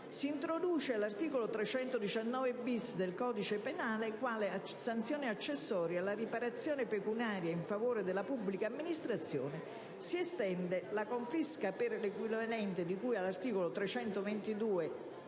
Si introduce l'articolo 319-*bis* del codice penale quale sanzione accessoria alla riparazione pecuniaria in favore della pubblica amministrazione. Si estende la confisca per l'equivalente di cui all'articolo